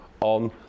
on